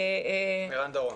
ערן דורון.